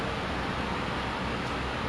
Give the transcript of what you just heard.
home base learning ah like H_B_L